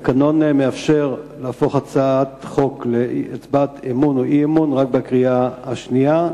התקנון מאפשר להפוך הצעת חוק להצבעת אמון או אי-אמון רק בקריאה השנייה,